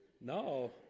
No